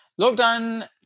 Lockdown